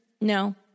no